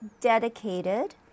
dedicated